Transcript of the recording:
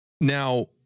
Now